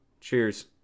Cheers